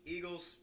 Eagles